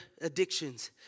addictions